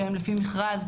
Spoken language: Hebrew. שהם לפי מכרז,